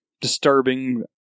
disturbing